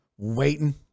Waiting